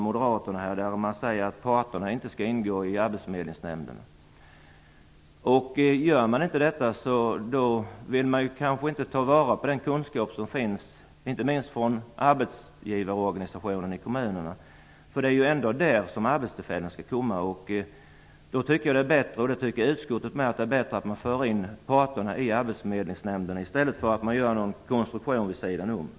Moderaterna där man säger att parterna inte skall ingå i arbetsförmedlingsnämnden. Då vill man kanske inte ta vara på den kunskap som finns hos arbetsgivarorganisationerna i kommunerna. Det är ju där arbetstillfällena skall komma. Utskottet tycker därför att det är bättre att föra in parterna i Arbetsförmedlingsnämnden i stället för att göra en konstruktion vid sidan om.